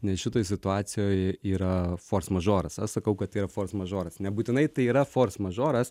nes šitoj situacijoj yra fors mažoras aš sakau kad tai yra fors mažoras nebūtinai tai yra fors mažoras